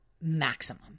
maximum